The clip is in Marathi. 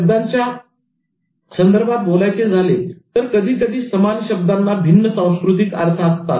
शब्दांच्या संदर्भात बोलायचे झाले तर कधीकधी समान शब्दांना भिन्न सांस्कृतिक अर्थ असतात